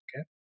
okay